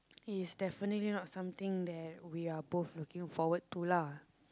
he is definitely not something that we're both looking forward to lah